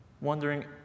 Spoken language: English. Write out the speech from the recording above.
Wondering